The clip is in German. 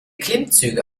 klimmzüge